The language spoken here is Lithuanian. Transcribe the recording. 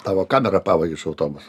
tavo kamerą pavogė iš autobuso